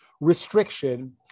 restriction